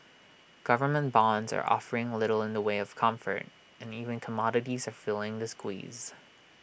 government bonds are offering little in the way of comfort and even commodities are feeling the squeeze